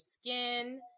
skin